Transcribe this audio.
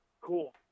cool